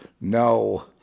no